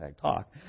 talk